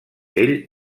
ell